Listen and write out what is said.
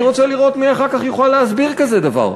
אני רוצה לראות, מי אחר כך יוכל להסביר כזה דבר?